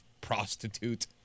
prostitute